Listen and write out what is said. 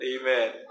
Amen